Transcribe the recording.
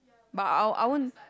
but I won't I won't